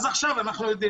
אז עכשיו אנחנו יודעים.